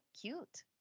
cute